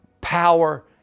power